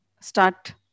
start